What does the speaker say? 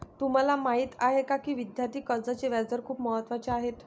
तुम्हाला माहीत आहे का की विद्यार्थी कर्जाचे व्याजदर खूप महत्त्वाचे आहेत?